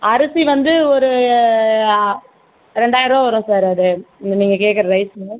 அரிசி வந்து ஒரு ரெண்டாயிருபா வரும் சார் அது நீங்கள் கேக்கிற ரைஸ்